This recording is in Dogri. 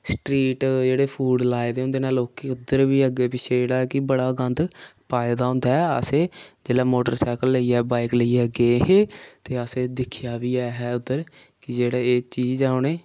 स्ट्रीट जेह्ड़े फूड लाए दे होंदे नै लोकी उद्धर बी अग्गें पिच्छें जेह्ड़ा ऐ कि बड़ा गंद पाए दा होंदा ऐ असें जिल्लै मोटरसाइकल लेइयै बाइक लेइयै गे हे ते असे दिक्खेआ बी ऐ हा उद्धर कि जेह्ड़े एह् चीज ऐ उ'नें